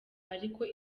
ariko